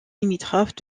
limitrophe